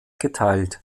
geteilt